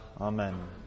Amen